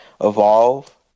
Evolve